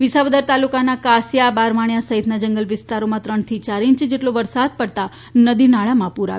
વિસાવદર તાલુકાના કાસીયા બારવાણીયા સહિતના જંગલ વિસ્તારોમાં ત્રણથી ચાર ઇંચ જેટલો વરસાદ પડતા નદી નાળામાં પુર આવ્યા હતા